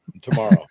tomorrow